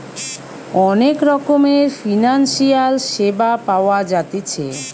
অনেক রকমের ফিনান্সিয়াল সেবা পাওয়া জাতিছে